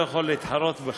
לשכוח שיש אלפי